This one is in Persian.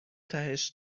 تهش